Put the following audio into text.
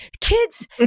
Kids